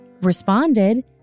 responded